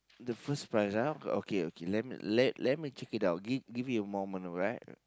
the first prize ah okay okay let me let let me check it out give give me a moment alright